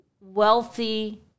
wealthy